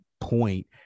point